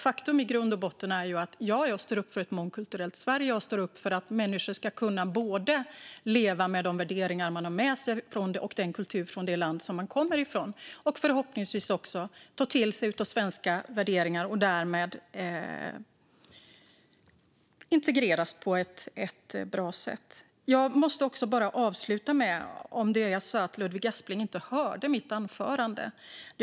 Ja, jag står upp för ett mångkulturellt Sverige och för att människor ska kunna leva med de värderingar och den kultur de har med sig från landet de kommer från och samtidigt förhoppningsvis ta till sig svenska värderingar och därmed integreras på ett bra sätt. Hörde Ludvig Aspling inte mitt huvudanförande?